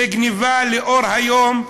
זו גנבה לאור היום,